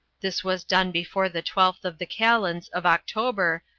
this was done before the twelfth of the calends of october,